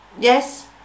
yes